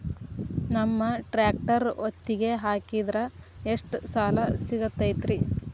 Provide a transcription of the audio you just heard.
ನಮ್ಮ ಟ್ರ್ಯಾಕ್ಟರ್ ಒತ್ತಿಗೆ ಹಾಕಿದ್ರ ಎಷ್ಟ ಸಾಲ ಸಿಗತೈತ್ರಿ?